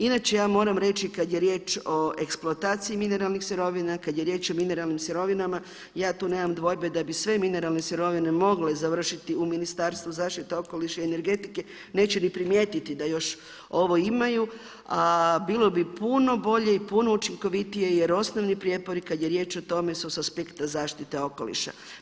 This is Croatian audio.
Inače ja moram reći kada je riječ o eksploataciji mineralnih sirovina, kada je riječ o mineralnim sirovinama, ja tu nemam dvojbe da bi sve mineralne sirovine mogle završiti u Ministarstvu zaštite okoliša i energetike, neće ni primijetiti da još ovo imaju a bilo bi puno bolje i puno učinkovitije, jer osnovni prijepori kada je riječ o tome su sa aspekta zaštite okoliša.